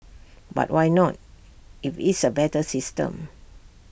but why not if it's A better system